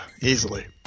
Easily